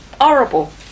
horrible